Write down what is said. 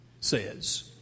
says